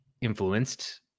influenced